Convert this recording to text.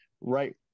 right